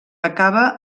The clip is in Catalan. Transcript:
acaba